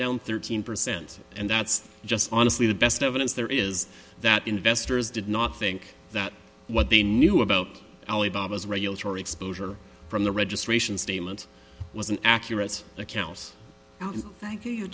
down thirteen percent and that's just honestly the best evidence there is that investors did not think that what they knew about ali baba's regulatory exposure from the registration statement was an accurate account thank you your